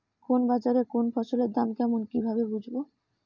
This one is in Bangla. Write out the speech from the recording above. কোন বাজারে কোন ফসলের দাম কেমন কি ভাবে বুঝব?